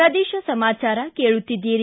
ಪ್ರದೇಶ ಸಮಾಚಾರ ಕೇಳುತ್ತಿದ್ದೀರಿ